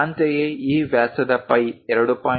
ಅಂತೆಯೇ ಈ ವ್ಯಾಸದ ಫೈ 2